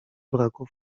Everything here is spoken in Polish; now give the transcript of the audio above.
braku